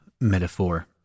metaphor